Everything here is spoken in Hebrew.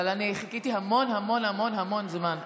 אבל אני חיכיתי המון המון המון המון זמן.